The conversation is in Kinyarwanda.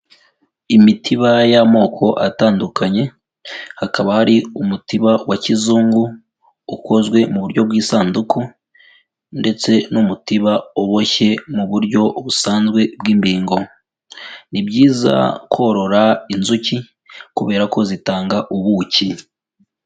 Imitiba y'amoko atandukanye, hakaba hari umutiba wa kizungu ukozwe mu buryo bw'isanduku ndetse n'umutiba uboshye mu buryo busanzwe bw'imbingo, ni byiza korora inzuki kubera ko zitanga ubuki.